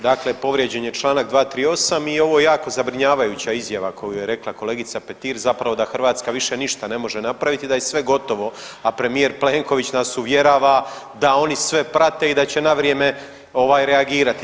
Dakle, povrijeđen je čl. 238. i ovo je jako zabrinjavajuća izjava koju je rekla kolegica Petir, zapravo da Hrvatska više ništa ne može napraviti i da je sve gotovo, a premijer Plenković nas uvjerava da oni sve prate i da će na vrijeme ovaj reagirati.